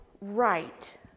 right